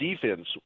defense